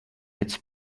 its